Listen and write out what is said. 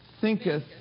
thinketh